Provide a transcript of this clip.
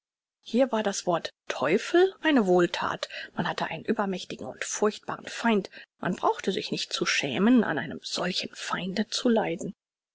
hier war das wort teufel eine wohlthat man hatte einen übermächtigen und furchtbaren feind man brauchte sich nicht zu schämen an einem solchen feind zu leiden